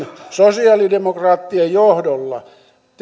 sosialidemokraattien johdolla